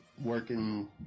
working